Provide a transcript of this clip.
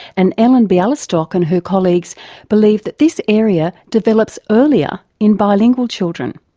and ellen bialystok and her colleagues believe that this area develops earlier in bilingual children.